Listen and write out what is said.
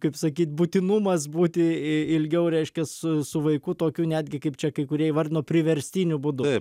kaip sakyt būtinumas būti ilgiau reiškias su vaiku tokiu netgi kaip čia kai kurie įvardino priverstiniu būdu